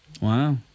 Wow